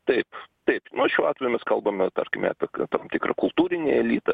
taip taip nu šiuo atveju mes kalbame tarkime apie tam tikrą kultūrinį elitą